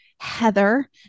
Heather